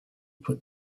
put